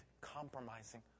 compromising